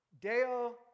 Deo